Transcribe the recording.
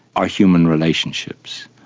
are human relationships,